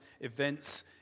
events